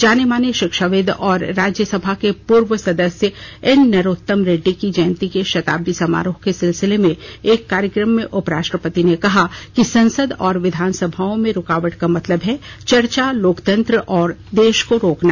जाने माने शिक्षाविद और राज्यसभा के पूर्व सदस्य एन नरोत्तम रेड्डी की जयंती के शताब्दी समारोह के सिलसिले में एक कार्यक्रम में उपराष्ट्रपति ने कहा कि संसद और विधानसभाओं में रुकावट का मतलब है चर्चा लोकतंत्र और देश को रोकना